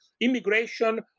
immigration